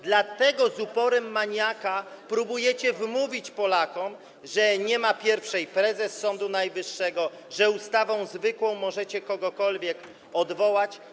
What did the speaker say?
Dlatego z uporem maniaka próbujecie wmówić Polakom, że nie ma pierwszej prezes Sądu Najwyższego, że ustawą zwykłą możecie kogokolwiek odwołać.